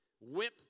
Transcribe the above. whip